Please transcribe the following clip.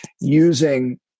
using